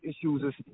issues